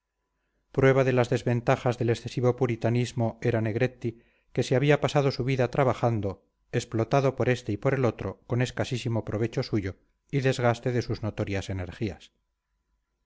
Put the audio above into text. prueba de las desventajas del excesivo puritanismo era negretti que se había pasado su vida trabajando explotado por este y por el otro con escasísimo provecho suyo y desgaste de sus notorias energías